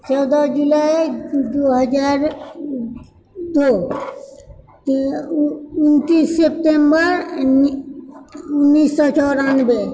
चौदह जुलाइ दू हजार दू उनतीस सितम्बर उन्नैस सए चौरानबे